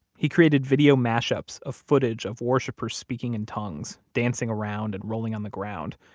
he created video mash-ups of footage of worshipers speaking in tongues, dancing around, and rolling on the ground,